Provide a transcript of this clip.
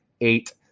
eight